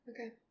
Okay